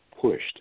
pushed